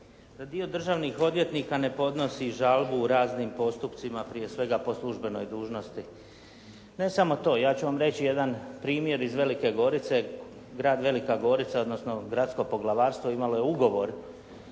dio državnih odvjetnika ne podnosi žalbu u raznim postupcima prije svega po službenoj dužnosti. Ne samo to. Ja ću vam reći jedan primjer iz Velike Gorice. Grad Velika Gorica odnosno Gradsko poglavarstvo imalo je ugovor